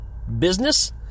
business